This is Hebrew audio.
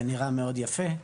זה נראה מאוד יפה,